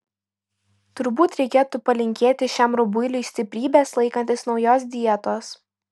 turbūt reikėtų palinkėti šiam rubuiliui stiprybės laikantis naujos dietos